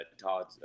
Todd